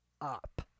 up